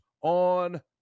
on